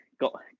got